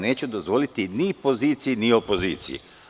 Neću to dozvoliti ni poziciji, ni opoziciji.